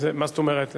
מה זאת אומרת?